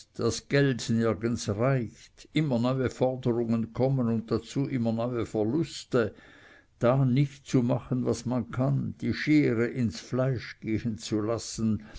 das geld nirgends reicht immer neue forderungen kommen und dazu immer neue verluste da nicht zu machen was man kann die schere ins fleisch gehen zu lassen